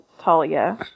Talia